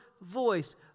voice